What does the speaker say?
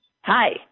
Hi